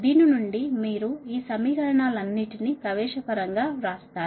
దీని నుండి మీరు ఈ సమీకరణాలన్నిటినీ ప్రవేశం పరంగా వ్రాస్తారు